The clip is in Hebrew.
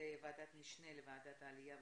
ועדת המשנה לוועדת העלייה,